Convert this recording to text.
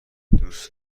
دوست